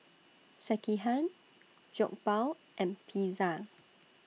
Sekihan Jokbal and Pizza